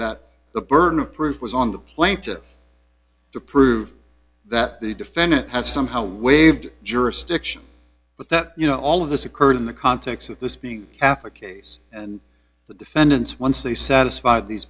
that the burden of proof was on the plaintiff to prove that the defendant had somehow waived jurisdiction but that you know all of this occurred in the context of this being catholic case and the defendant's once they satisfied these